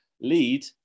lead